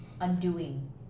undoing